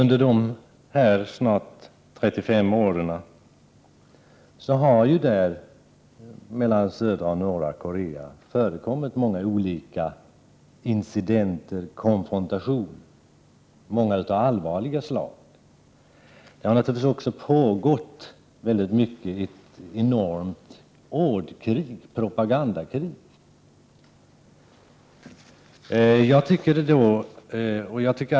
Under de 35 år som gått sedan krigsslutet har det förekommit många olika incidenter och konfrontationer mellan södra och norra Korea — flera har varit av allvarligt slag. Ett enormt ordkrig, ett propagandakrig, har också pågått.